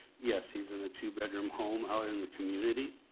yes, he's in a two-bedroom home out in the community,